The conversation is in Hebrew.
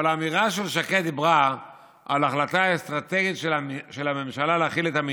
אבל האמירה של שקד דיברה על החלטה אסטרטגית של הממשלה להכיל את המתים.